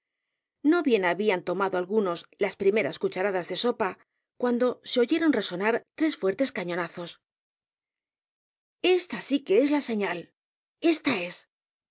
no bien habían tomado algunos las primeras cucharadas de sopa cuando se oyeron resonar tres fuertes cañonazos esta sí que es la señal esta es